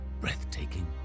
breathtaking